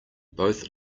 both